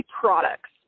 products